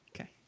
Okay